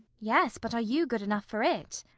yes, but are you good enough for it?